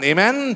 Amen